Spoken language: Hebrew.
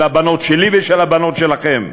של הבנות שלי ושל הבנות שלכם,